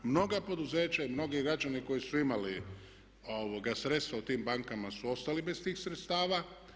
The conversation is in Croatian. Mnoga poduzeća i mnogi građani koji su imali sredstva u tim bankama su ostali bez tih sredstava.